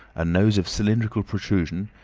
a nose of cylindrical protrusion,